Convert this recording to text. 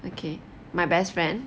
okay my best friend